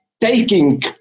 taking